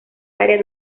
área